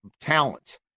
talent